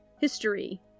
history